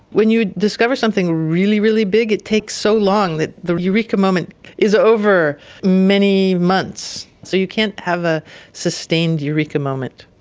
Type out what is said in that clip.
when you discover something really, really big it takes so long that the eureka moment is over many months, so you can't have a sustained eureka moment.